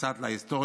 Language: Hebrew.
קצת על היסטוריה.